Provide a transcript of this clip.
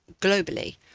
globally